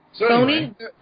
Sony